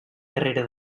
darrere